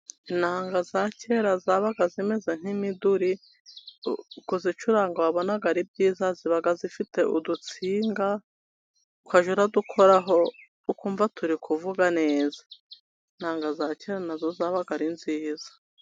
Inanga za kera zabaga zimeze nk'imiduri. Kuzicuranga wabonaga ari byiza, zabaga zifite udutsinga, ukajya udukoraho ukumva turi kuvuga neza. Inanga za kera nazo zabaga ari nziza.